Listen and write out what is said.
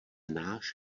náš